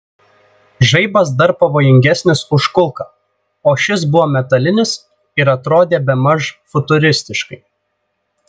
žaibas dar pavojingesnis už kulką o šis buvo metalinis ir atrodė bemaž futuristiškai